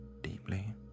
deeply